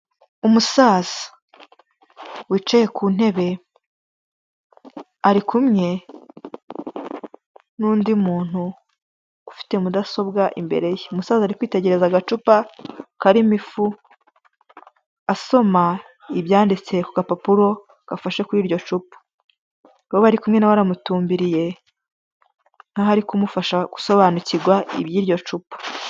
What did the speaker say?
Umusaza wicaye ku ntebe ari kumwe n'undi muntu ufite mudasobwa imbere ye. Umusaza ari kwitegereza agacupa karimo ifu, asoma ibyanditse ku gapapuro gafashe kuri iryo cupa. Uwo bari kumwe na we aramutumbiriye nk'aho ari kumufasha gusobanukirwa iby'iryo cupa.